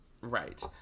Right